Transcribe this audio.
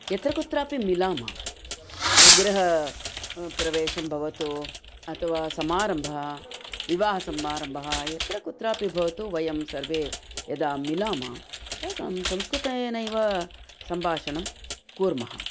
यत्र कुत्रापि मिलामः गृहप्रवेशं भवतु अथवा समारम्भः विवाहसम्मारम्भः यत्र कुत्रापि भवतु वयं सर्वे यदा मिलामः तदा सं संस्कृतेनैव सम्भाषणं कुर्मः